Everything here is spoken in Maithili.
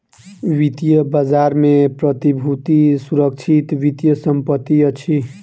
वित्तीय बजार में प्रतिभूति सुरक्षित वित्तीय संपत्ति अछि